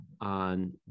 on